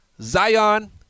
Zion